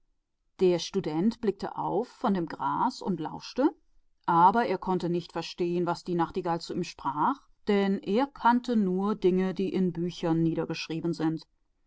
der student blickte aus dem grase auf und horchte aber er konnte nicht verstehen was die nachtigall zu ihm sprach denn er verstand nur die bücher